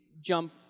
jump